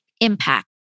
impact